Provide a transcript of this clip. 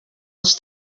els